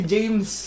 James